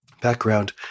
background